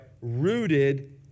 rooted